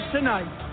tonight